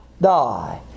die